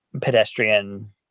pedestrian